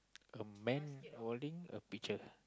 a man holding a picture